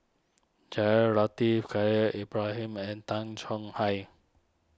Jaafar Latiff Khalil Ibrahim and Tay Chong Hai